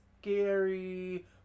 scary